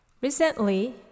Recently